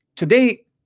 Today